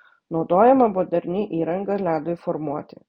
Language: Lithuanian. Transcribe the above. naudojama moderni įranga ledui formuoti